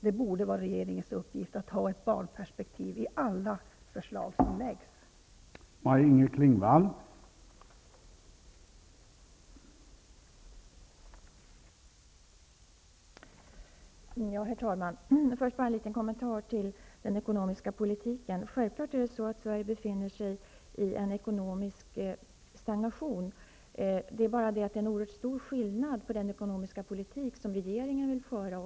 Det borde vara regeringens uppgift att ha ett barnperspektiv i alla förslag som läggs fram.